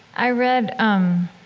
i read, um,